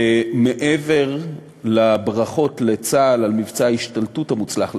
מעבר לברכות לצה"ל על מבצע ההשתלטות המוצלח,